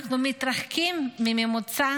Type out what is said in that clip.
אנחנו מתרחקים מממוצע